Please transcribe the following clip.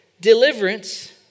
Deliverance